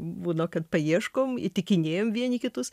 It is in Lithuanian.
būna kad paieškom įtikinėjam vieni kitus